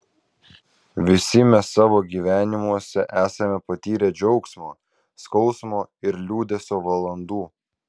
visi mes savo gyvenimuose esame patyrę džiaugsmo skausmo ir liūdesio valandų